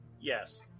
Yes